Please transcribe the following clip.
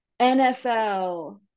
NFL